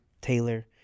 Taylor